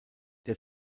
der